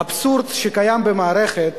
האבסורד שקיים במערכת,